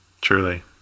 Truly